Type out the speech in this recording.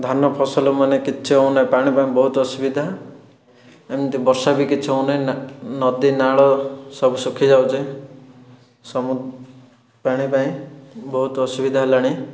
ଧାନ ଫସଲମାନେ କିଛି ହେଉ ନାଇଁ ପାଣି ପାଇଁ ବହୁତ ଅସୁବିଧା ଏମିତି ବର୍ଷା ବି କିଛି ହେଉ ନାଇଁ ନା ନଦୀନାଳ ସବୁ ଶୁଖିଯାଉଛି ସବୁ ପାଣି ପାଇଁ ବହୁତ ଅସୁବିଧା ହେଲାଣି